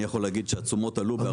אני יכול להגיד שהתשומות עלו בהרבה.